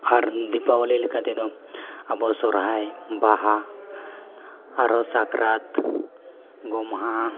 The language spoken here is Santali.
ᱟᱨ ᱫᱤᱯᱟᱵᱚᱞᱤ ᱞᱮᱠᱟᱛᱮᱫᱚ ᱟᱵᱚ ᱥᱚᱨᱦᱟᱭ ᱵᱟᱦᱟ ᱟᱨᱦᱚᱸ ᱥᱟᱠᱨᱟᱛ ᱜᱚᱢᱦᱟ